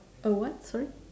a what sorry